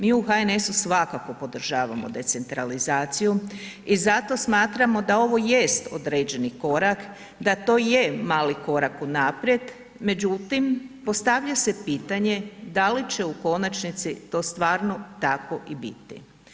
Mi u HNS-u svakako podržavamo decentralizaciju i zato smatramo da ovo jest određeni korak, da to je mali korak unaprijed, međutim, postavlja se pitanje da li će u konačnici to stvarno tako i biti.